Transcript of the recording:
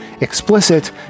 explicit